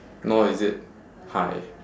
nor is it high